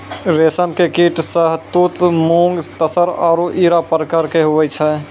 रेशम के कीट शहतूत मूंगा तसर आरु इरा प्रकार के हुवै छै